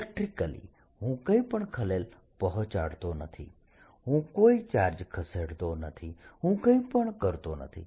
electrically હું કંઇ પણ ખલેલ પહોંચાડતો નથી હું કોઈ ચાર્જ ખસેડતો નથી હું કંઈ પણ કરતો નથી